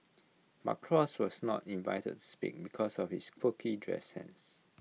but cross was not invited to speak because of his quirky dress sense